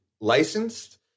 licensed